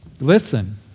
listen